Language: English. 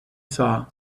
saw